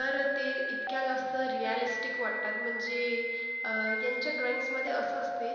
तर ते इतक्या जास्त रिअॅलिस्टीक वाटतात म्हणजे यांच्या ड्रॉईंग्समधे असं असते